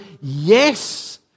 yes